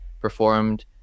performed